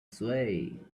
sway